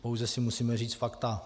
Pouze si musíme říct fakta.